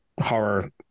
horror